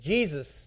Jesus